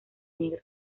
negro